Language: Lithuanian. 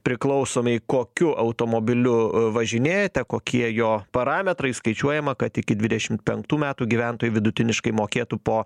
priklausomiai kokiu automobiliu važinėjate kokie jo parametrai skaičiuojama kad iki dvidešimt penktų metų gyventojai vidutiniškai mokėtų po